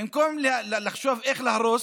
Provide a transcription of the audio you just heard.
במקום לחשוב איך להרוס,